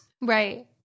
Right